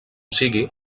sigui